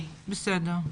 בסדר.